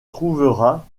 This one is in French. trouvera